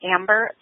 Amber